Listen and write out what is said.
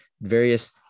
various